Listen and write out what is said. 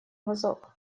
глазок